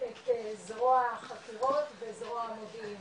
וזרוע החקירות וזרוע המודיעין,